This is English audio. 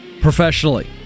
professionally